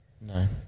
No